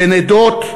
בין עדות,